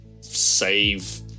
save